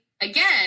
again